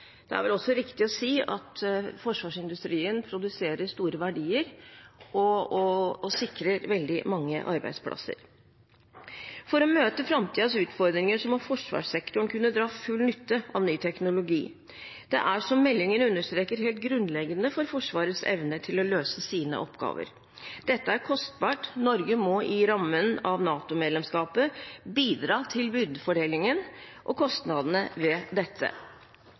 Det er vel også riktig å si at forsvarsindustrien produserer store verdier og sikrer veldig mange arbeidsplasser. For å møte framtidens utfordringer må forsvarssektoren kunne dra full nytte av ny teknologi. Det er som meldingen understreker, helt grunnleggende for Forsvarets evne til å løse sine oppgaver. Dette er kostbart. Norge må i rammen av NATO-medlemskapet bidra til byrdefordelingen og kostnadene ved dette.